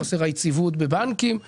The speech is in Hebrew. חוסר היציבות בבנקים בינלאומיים.